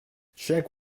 check